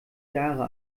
jahre